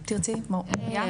תרצי לדבר?